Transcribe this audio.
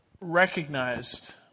recognized